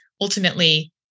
ultimately